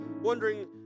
wondering